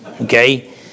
okay